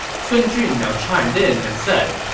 sun jun now chimed in and said,